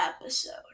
episode